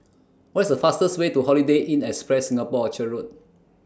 What IS The fastest Way to Holiday Inn Express Singapore Orchard Road